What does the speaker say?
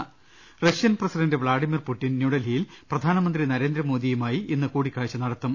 പ്ര Russian president Vladimir Putin ന്യൂഡൽഹിയിൽ പ്രധാനമന്ത്രി നരേന്ദ്രമോദിയുമായി ഇന്ന് കൂടിക്കാഴ്ച നട ത്തും